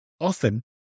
Often